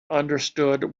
understood